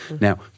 now